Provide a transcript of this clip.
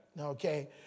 Okay